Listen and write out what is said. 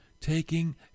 taking